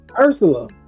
Ursula